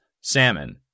Salmon